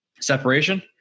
separation